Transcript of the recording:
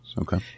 Okay